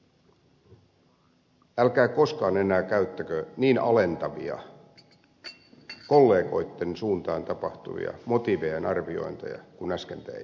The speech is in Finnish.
älkää koskaan enää käyttäkö niin alentavia kollegoitten suuntaan tapahtuvia motiivien arviointeja kuin äsken teitte